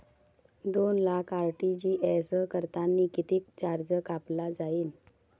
दोन लाख आर.टी.जी.एस करतांनी कितीक चार्ज कापला जाईन?